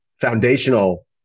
foundational